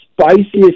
spiciest